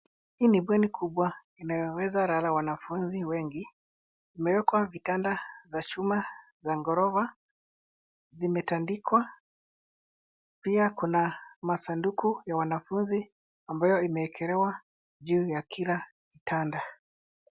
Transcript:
Hii ni bweni kubwa inayoweza lala wanafunzi wengi, imewekwa vitanda za chuma za ghorofa zimetandikwa. Pia kuna masanduku ya wanafunzi ambayo imeekelewa juu ya kila kitanda.